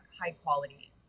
high-quality